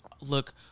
look